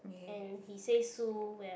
and he says sue where